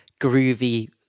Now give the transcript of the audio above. groovy